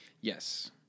yes